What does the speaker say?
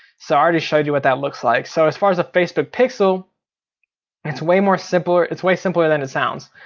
so i already showed you what that looks like. so as far as a facebook pixel it's way more simpler, it's way simpler than it sounds.